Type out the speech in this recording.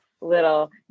little